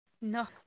No